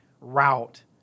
route